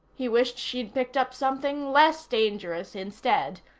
he wished she'd picked up something less dangerous instead,